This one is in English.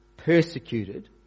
persecuted